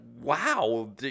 wow